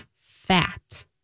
fat